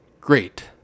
Great